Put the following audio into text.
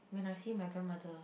when I see my grandmother